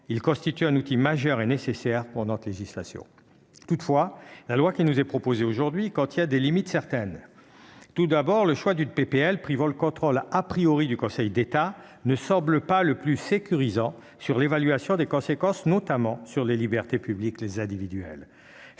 il constitue un outil majeur est nécessaire pour notre législation, toutefois, la loi qui nous est proposé aujourd'hui quand il y a des limites, certaines tout d'abord le choix du une PPL, privant le contrôle a priori du Conseil d'État ne semble pas le plus sécurisant sur l'évaluation des conséquences notamment sur les libertés publiques les individuels,